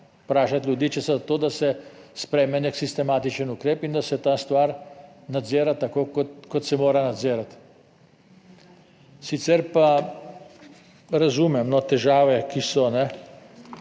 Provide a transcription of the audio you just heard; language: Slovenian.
vprašati ljudi, če so za to, da se sprejme nek sistematičen ukrep in da se ta stvar nadzira, tako kot se mora nadzirati. Sicer pa razumem težave, ki so.